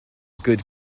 good